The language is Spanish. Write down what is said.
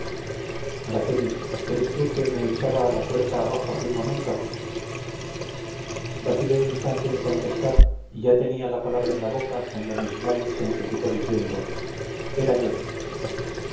araceli eres tú quien me echaba la puerta abajo hace un momento vacilé un instante en contestar y ya tenía la palabra en la boca cuando miss fly se anticipó diciendo era yo